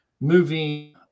moving